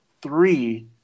three